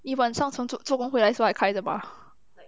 你晚上从做做工回来的时候还开着 mah